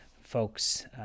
folks